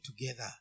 together